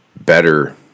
better